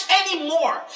anymore